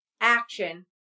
action